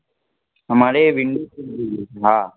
હા મારે window seat જોઈએ છે હા